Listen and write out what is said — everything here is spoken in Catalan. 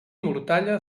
mortalla